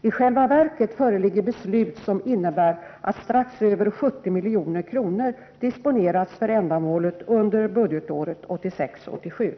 I själva verket föreligger beslut som innebär att strax över 70 milj.kr. disponerats för ändamålet under budgetåret 1986/87.